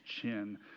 chin